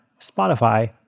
Spotify